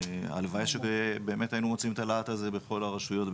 הלוואי שבאמת היינו מוצאים את הלהט הזה בכל הרשויות.